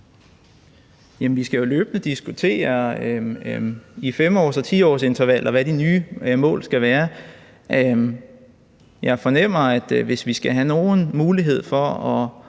vi skal jo løbende diskutere i 5-års- og 10-årsintervaller, hvad de nye mål skal være. Jeg fornemmer, at hvis vi skal have nogen mulighed for at